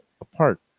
apart